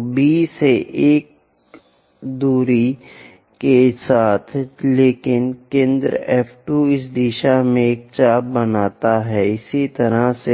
तो B से 1 दूरी के साथ लेकिन केंद्र F 2 इस दिशा में एक चाप बनाते हैं इसी तरह